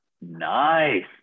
Nice